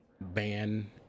ban